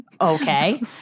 Okay